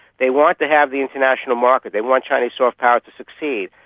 they want to have the international market, they want chinese soft power to succeed,